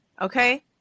okay